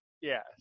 yes